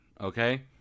Okay